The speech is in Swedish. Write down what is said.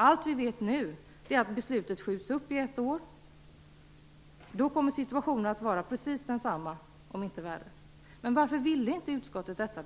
Allt vi vet nu är att beslutet skjuts upp i ett år, och då kommer situationen att vara precis densamma, om inte värre. Varför ville inte utskottet detta?